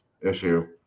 issue